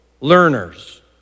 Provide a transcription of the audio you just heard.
learners